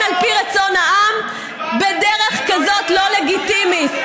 על פי רצון העם בדרך כזאת לא לגיטימית.